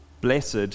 blessed